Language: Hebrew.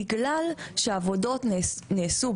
בגלל שהעבודות נעשו,